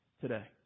today